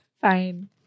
Fine